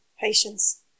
patience